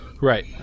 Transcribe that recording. right